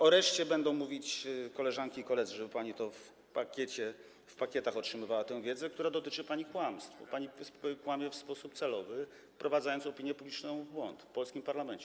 O reszcie będą mówić koleżanki i koledzy, żeby pani w pakietach otrzymywała tę wiedzę, która dotyczy pani kłamstw, bo pani kłamie w sposób celowy, wprowadzając opinię publiczną w błąd w polskim parlamencie.